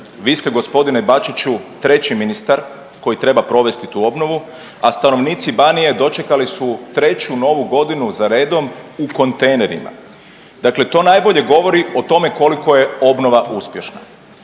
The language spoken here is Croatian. vi ste g. Bačiću treći ministar koji treba provesti tu obnovu, a stanovnici Banije dočekali su treću novu godinu za redom u kontejnerima, dakle to najbolje govori o tome koliko je obnova uspješna.